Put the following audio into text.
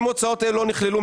אם הוצאות אלה לא נכללו,